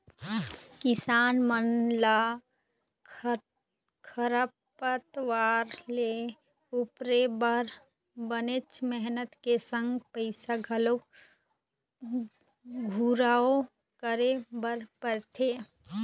किसान मन ल खरपतवार ले उबरे बर बनेच मेहनत के संग पइसा घलोक खुवार करे बर परथे